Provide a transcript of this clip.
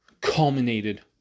Culminated